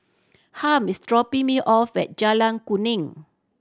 Hamp is dropping me off at Jalan Kuning